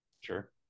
sure